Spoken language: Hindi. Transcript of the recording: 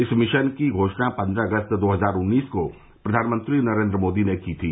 इस मिशन की घोषणा पन्द्रह अगस्त दो हजार उन्नीस को प्रधानमंत्री नरेंद्र मोदी ने की थी